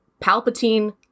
palpatine